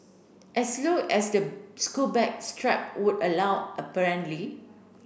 as low as the school bag strap would allow apparently